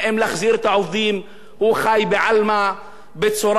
הוא חי בעלמא, בצורה מאוד לא אחראית ולא עניינית.